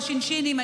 השינשינים,